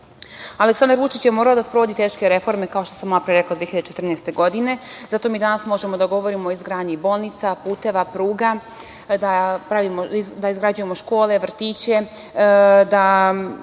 Aleksandar Vučić je morao da sprovodi teške reforme, kao što sam malopre rekla, 2014. godine. Zato mi danas možemo da govorimo o izgradnji bolnica, puteva, pruga, da izgrađujemo škole, vrtiće, da